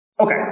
Okay